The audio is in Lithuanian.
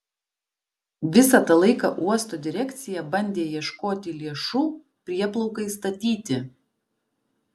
visą tą laiką uosto direkcija bandė ieškoti lėšų prieplaukai statyti